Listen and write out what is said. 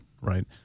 right